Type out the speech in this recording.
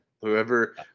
Whoever